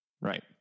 Right